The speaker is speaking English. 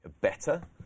better